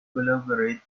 collaborate